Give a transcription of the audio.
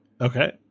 Okay